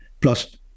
plus